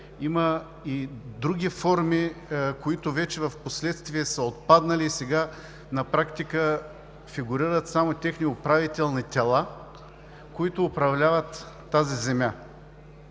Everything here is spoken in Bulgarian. има и други форми, които вече впоследствие са отпаднали и сега на практика фигурират само техни управителни тела, които управляват тази земя.